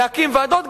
להקים ועדות.